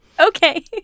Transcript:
Okay